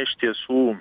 iš tiesų